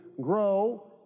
grow